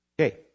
okay